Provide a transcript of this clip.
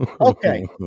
Okay